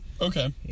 Okay